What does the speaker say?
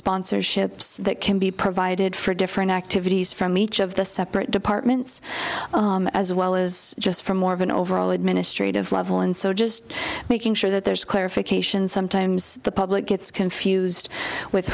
sponsorships that can be provided for different activities from each of the separate departments as well as just from more of an overall administrative level and so just making sure that there's clarification sometimes the public gets confused with